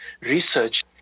research